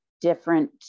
different